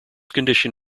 condition